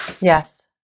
Yes